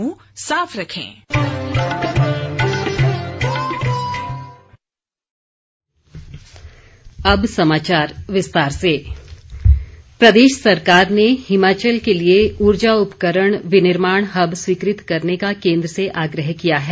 मुख्यमंत्री प्रदेश सरकार ने हिमाचल के लिए उर्जा उपकरण विनिर्माण हब स्वीकृत करने का केन्द्र से आग्रह किया है